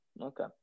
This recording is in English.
Okay